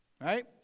right